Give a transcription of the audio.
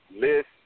list